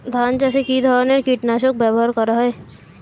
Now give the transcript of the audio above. ধান চাষে কী ধরনের কীট নাশক ব্যাবহার করা হয়?